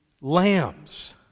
lambs